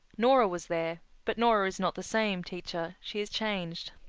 nora was there but nora is not the same, teacher. she is changed.